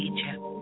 Egypt